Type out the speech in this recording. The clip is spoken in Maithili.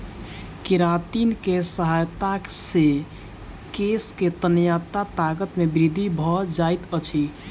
केरातिन के सहायता से केश के तन्यता ताकत मे वृद्धि भ जाइत अछि